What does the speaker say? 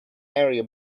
area